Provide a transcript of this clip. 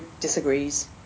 disagrees